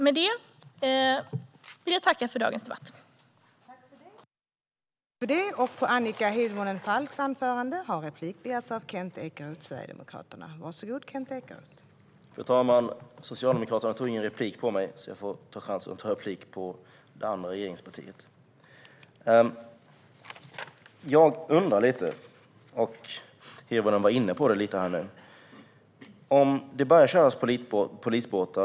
Med det vill jag tacka för dagens debatt.